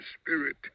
spirit